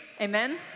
Amen